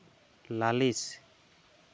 ᱞᱟᱹᱞᱤᱥ